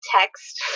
text